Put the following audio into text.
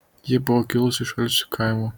ji buvo kilusi iš alsių kaimo